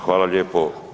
Hvala lijepo.